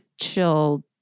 chill